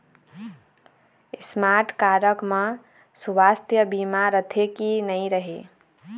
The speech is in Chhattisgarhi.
स्मार्ट कारड म सुवास्थ बीमा रथे की नई रहे?